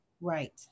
Right